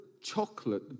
chocolate